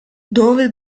dove